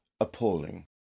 appalling